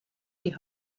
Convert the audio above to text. die